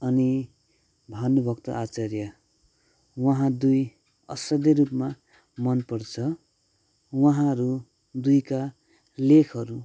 अनि भानुभक्त आचार्य उहाँ दुई असाध्य रुपमा मनपर्छ उहाँहरू दुईका लेखहरू